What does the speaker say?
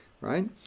right